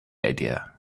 idea